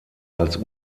als